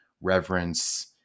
reverence